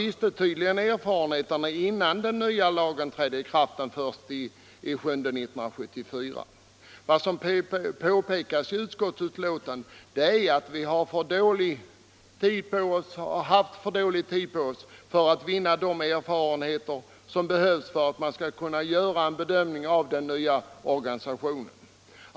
Det måste man tydligen ha gjort redan innan den nya lagen trädde i kraft den 1 juli 1974. I utskottsbetänkandet påpekas att tiden varit för kort för att de erfarenheter skulle kunna föreligga som behövs för att göra en bedömning av den nya organisationen.